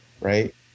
right